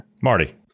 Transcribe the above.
Marty